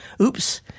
oops